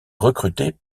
recrutée